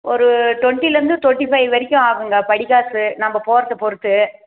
ஒரு ட்வெண்ட்டிலிருந்து தர்ட்டிஃபை வரைக்கும் ஆகுங்க படிக்காசு நம்ப போகறத பொறுத்து